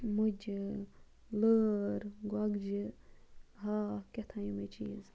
مُجہِ لٲر گۄگجہِ ہاکھ کیٛاہ تام یِمَے چیٖز